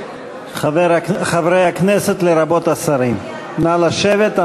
חברי הכנסת, לרבות השרים, נא לשבת.